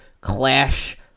clash